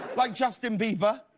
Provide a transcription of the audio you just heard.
like justin bieber.